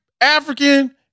African